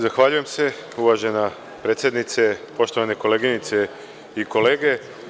Zahvaljujem se uvažena predsednice, poštovane koleginice i kolege.